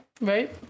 Right